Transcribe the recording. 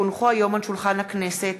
כי הונחה היום על שולחן הכנסת,